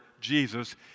Jesus